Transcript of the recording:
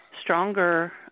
stronger